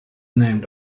named